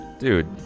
dude